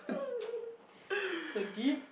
so deep